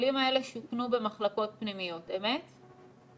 החולים האלה שוכנו במחלקות פנימיות, אמת?